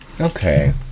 Okay